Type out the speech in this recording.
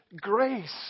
grace